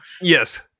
Yes